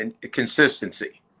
consistency